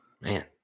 man